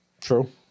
True